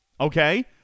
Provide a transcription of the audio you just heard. Okay